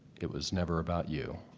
it was never about you.